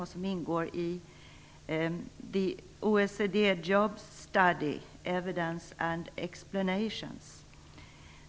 Den skall ingå i The OECD Jobs Study: Evidence and Explanations.